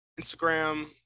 Instagram